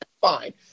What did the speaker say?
Fine